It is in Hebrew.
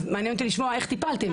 אז מעניין אותי לשמוע איך טיפלתם.